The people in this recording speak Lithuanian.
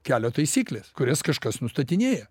kelio taisyklės kurias kažkas nustatinėja